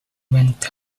went